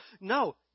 No